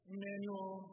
Emmanuel